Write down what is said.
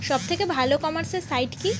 সব থেকে ভালো ই কমার্সে সাইট কী?